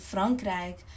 Frankrijk